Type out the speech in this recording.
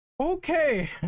Okay